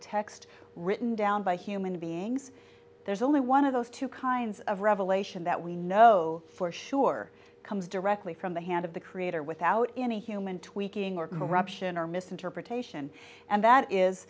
text written down by human beings there's only one of those two kinds of revelation that we know for sure comes directly from the hand of the creator without any human tweaking or corruption or misinterpretation and that is